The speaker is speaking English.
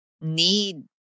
need